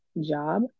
job